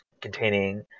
containing